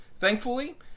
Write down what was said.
thankfully